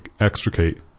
extricate